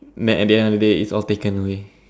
then at the end of the day it's all taken away